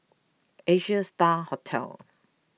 Asia Star Hotel